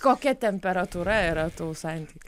kokia temperatūra yra tų santykių